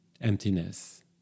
emptiness